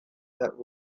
that